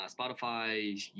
Spotify